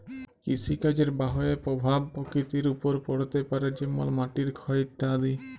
কৃষিকাজের বাহয়ে পরভাব পরকৃতির ওপর পড়তে পারে যেমল মাটির ক্ষয় ইত্যাদি